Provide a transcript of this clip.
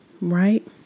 Right